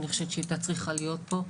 אני חושבת שהיא הייתה צריכה להיות פה,